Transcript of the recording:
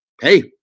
hey